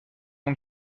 اون